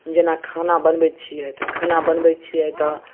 टिकरी दोकान सऽ आनै छियै कीनि कए